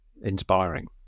inspiring